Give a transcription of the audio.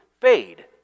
fade